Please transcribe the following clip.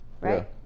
Right